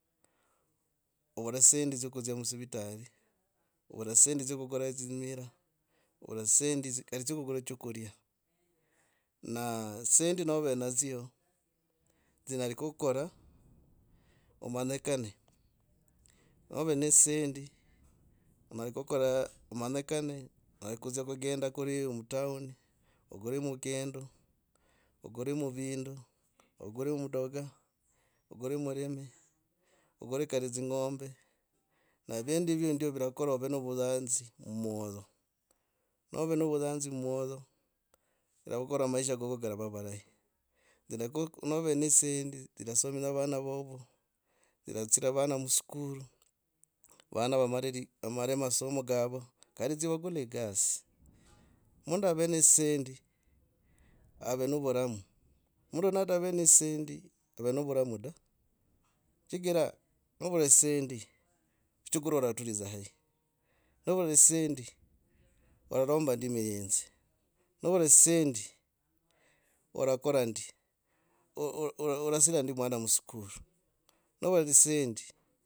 Ovura dzisendi dzyo kudzia musivitari. ovura dzisendi dzyonkugura dzimiraa. Ovura dzisendi dzyo kugura chaguria naa dzisendinnove nadzio. dzinyari kukukora omanyikane. nadzia kugenda kuri mutown. okuri mugende okuri muvindu. okuri mudoga. okuri murimi. okuri kari dzing’ombe ne vindu hivyo ndio virakurora ove navuyanzi mumwayo nove novuyanzi mumwoyo virakukora amaisha koko karava marahi viraku, nove ne dzisendi dzirasominya vana vovo, viratsira vana muskulu. vana vamare li. vamare masomo kavo kari tsivakule egasi. Mundu ave ne dszisendi ave navuramu, mundu native dzisendi ave navaramu da. chigira novura dzisendi choguria anaturiza ahi. Novura dzisendi oraromba ndi miyinzi. Novura dzisendi orakora ndi? Ooh orasira ndi mwana mu skulu. Novula dzisendi.